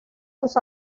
sus